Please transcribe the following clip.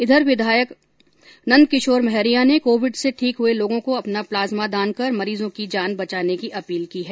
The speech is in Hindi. इधर विधायक नंद किशोर मेहरिया ने कोविड से ठीक हुए लोगों से अपना प्लाज्मा दान कर और मरीजों की जान बचाने की अपील की है